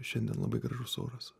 šiandien labai gražus oras